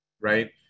right